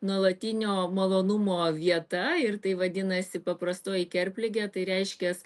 nuolatinio malonumo vieta ir tai vadinasi paprastoji kerpligė tai reiškias